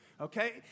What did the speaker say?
okay